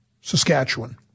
Saskatchewan